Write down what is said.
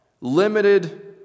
Limited